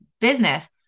business